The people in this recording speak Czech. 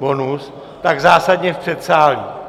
bonus, tak zásadně v předsálí.